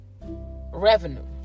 revenue